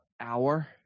hour